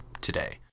today